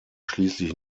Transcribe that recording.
schließlich